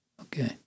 Okay